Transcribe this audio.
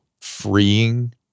freeing